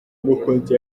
mukunzi